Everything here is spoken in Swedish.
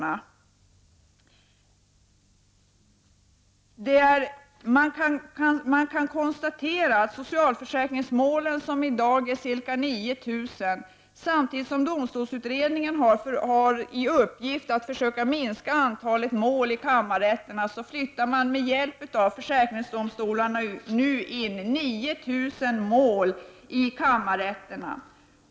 Man kan konstatera att socialförsäkringsmålen i dag är ca 9 000. Samtidigt som domstolsutredningen har i uppgift att försöka minska antalet mål i kammarrätterna flyttar man med hjälp av försäkringsdomstolarna 9 000 mål till kammarrätterna.